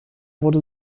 wurde